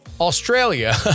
Australia